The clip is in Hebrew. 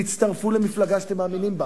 תצטרפו למפלגה שאתם מאמינים בה,